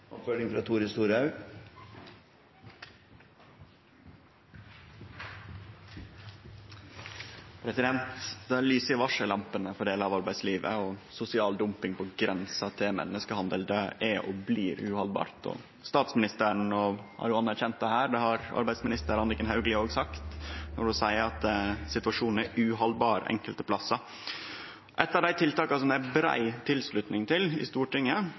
Tore Storehaug – til oppfølgingsspørsmål. Det lyser i varsellampene for delar av arbeidslivet, og sosial dumping på grensa til menneskehandel er og blir uhaldbart. Statsministeren har anerkjent dette, og det gjer òg arbeidsminister Anniken Hauglie når ho seier at situasjonen er uhaldbar enkelte plassar. Eitt av dei tiltaka som det er brei tilslutning til i Stortinget,